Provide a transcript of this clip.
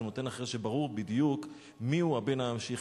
הוא נותן אחרי שברור בדיוק מיהו הבן הממשיך,